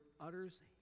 utters